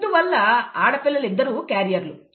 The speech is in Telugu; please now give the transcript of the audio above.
ఇందువల్ల ఆడపిల్లలు ఇద్దరు క్యారియర్లు